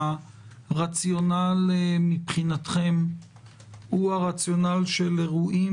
שהרציונל מבחינתכם הוא הרציונל של אירועים